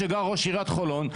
איפה שגר ראש עיריית חולון,